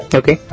okay